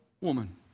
woman